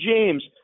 James